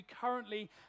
currently